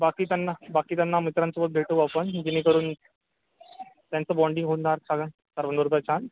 बाकी त्यांना बाकी त्यांना मित्रांसोबत भेटवू आपण जेणेकरून त्यांचं बाँडिंग होणार साधारण सर्वांबरोबर छान